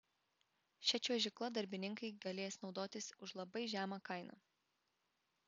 šia čiuožykla darbininkai galės naudotis už labai žemą kainą